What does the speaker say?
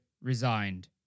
resigned